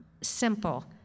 simple